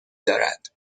دارد